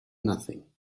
nothing